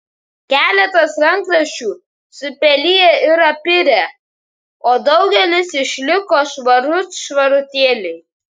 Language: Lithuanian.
keletas rankraščių supeliję ir apirę o daugelis išliko švarut švarutėliai